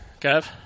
Kev